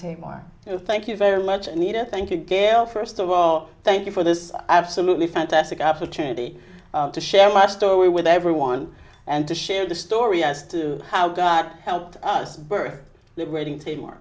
there thank you very much and need a thank you carol first of all thank you for this absolutely fantastic opportunity to share my story with everyone and to share the story as to how god helped us birth liberating state more